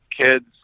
kids